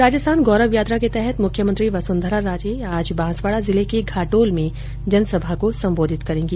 राजस्थान गौरव यात्रा के तहत मुख्यमंत्री वसुंधरा राजे आज बांसवाडा जिले के घाटोल में जनसभा को संबोधित करेंगी